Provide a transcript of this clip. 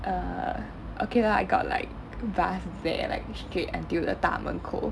err okay lah I got like bus there like straight until the 大门口